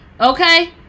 okay